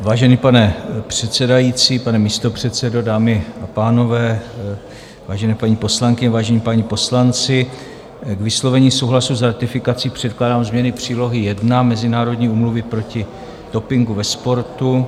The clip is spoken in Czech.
Vážený pane předsedající, pane místopředsedo, dámy a pánové, vážené paní poslankyně, vážení páni poslanci, k vyslovení souhlasu s ratifikací předkládám změny Přílohy I Mezinárodní úmluvy proti dopingu ve sportu.